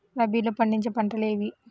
రబీలో పండించే పంటలు ఏవి?